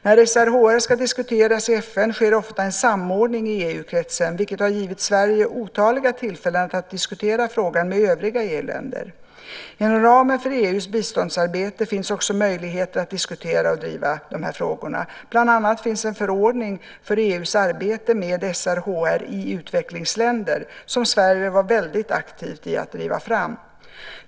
När SRHR ska diskuteras i FN sker oftast en samordning i EU-kretsen, vilket har givit Sverige otaliga tillfällen att diskutera frågan med övriga EU-länder. Inom ramen för EU:s biståndsarbete finns också möjlighet att diskutera och driva dessa frågor, bland annat finns en förordning för EU:s arbete med SRHR i utvecklingsländer, som Sverige var väldigt aktivt i att driva fram.